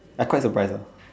I quite surprised ah